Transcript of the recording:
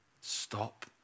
Stop